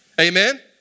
Amen